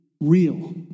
real